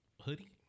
Hoodie